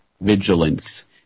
vigilance